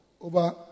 Over